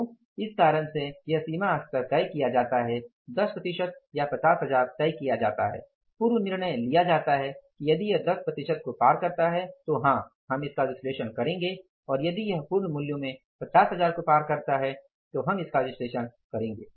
तो इस कारण से यह सीमा स्तर तय किया जाता है 10 प्रतिशत या 50 हजार तय किया जाता है पूर्व निर्णय लिया जाता है कि यदि यह 10 प्रतिशत को पार करता है तो हाँ हम इसका विश्लेषण करेंगे और यदि यह पूर्ण मूल्य में 50 हजार को पार करता है तो हम इसका विश्लेषण करेंगे